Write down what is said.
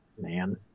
Man